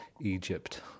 Egypt